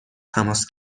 تماس